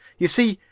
you see,